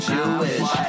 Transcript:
Jewish